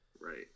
right